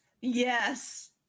yes